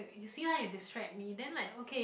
you see lah you distract me then like okay